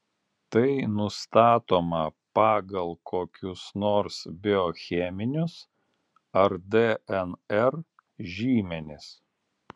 tai nustatoma pagal kokius nors biocheminius ar dnr žymenis